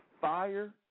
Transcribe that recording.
fire